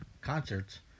concerts